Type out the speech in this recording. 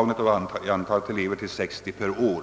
av 60 elever per år.